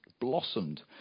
blossomed